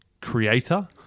creator